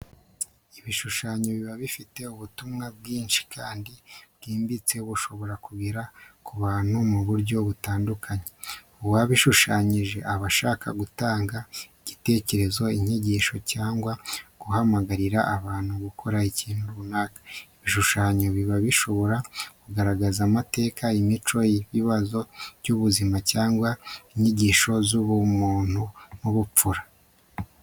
Ibishushanyo biba bifite ubutumwa bwinshi kandi bwimbitse bushobora kugera ku bantu mu buryo butandukanye. Uwabishushanyije aba ashaka gutanga igitekerezo, inyigisho cyangwa guhamagarira abantu gukora ikintu runaka. Ibishushanyo biba bishobora kugaragaza amateka, imico, ibibazo by’ubuzima, cyangwa inyigisho z’ubumuntu n’ubupfura.